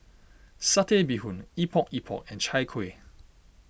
Satay Bee Hoon Epok Epok and Chai Kueh